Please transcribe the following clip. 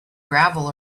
gravel